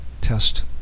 test